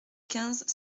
quinze